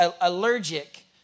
allergic